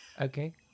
Okay